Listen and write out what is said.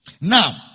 Now